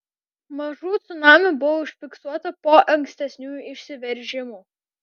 mažų cunamių buvo užfiksuota po ankstesnių išsiveržimų